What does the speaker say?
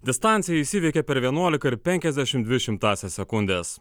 distanciją jis įveikė per vienuoliką ir penkiasdešimt dvi šimtąsias sekundes